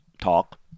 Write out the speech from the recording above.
talk